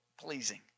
pleasing